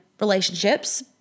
relationships